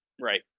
right